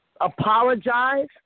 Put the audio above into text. apologize